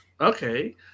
Okay